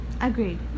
Agreed